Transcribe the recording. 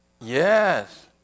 Yes